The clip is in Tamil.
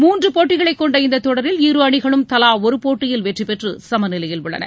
மூன்று போட்டிகளை கொண்ட இந்த தொடரில் இரு அணிகளும் தலா ஒரு போட்டியில் வெற்றி பெற்று சமநிலையில் உள்ளன